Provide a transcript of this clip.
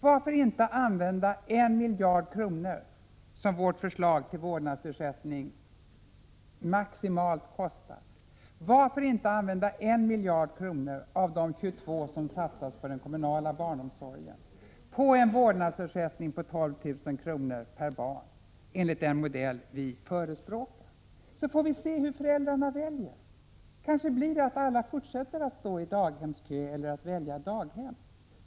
Varför inte använda 1 miljard kronor, som vårt förslag till vårdnadsersättning maximalt kostar, av de 22 miljarder som satsas på den kommunala barnomsorgen till en vårdnadsersättning på 12 000 kr. per barn enligt den modell vi förespråkar? Då får vi se hur föräldrarna väljer. Kanske fortsätter alla att stå i daghemskö eller att välja daghem.